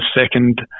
second